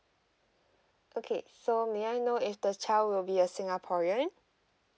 okay so may I know if the child will be a singaporean